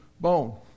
bone